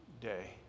day